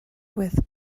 with